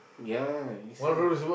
ya you said what